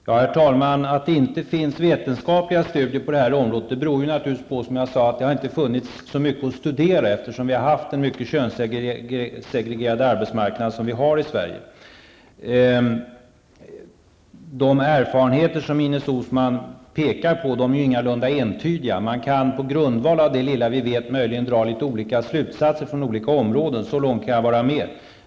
Herr talman! Att det inte finns vetenskapliga studier på detta område beror naturligtvis på, som jag sade, att det inte har funnits så mycket att studera eftersom vi haft en så könssegregerad arbetsmarknad, som vi har i Sverige. De erfarenheter Ines Uusmann pekar på är ingalunda entydiga. Man kan på grundval av det lilla vi vet möjligen dra litet olika slutsatser på olika områden, så långt kan jag vara med.